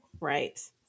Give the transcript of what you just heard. Right